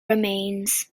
remains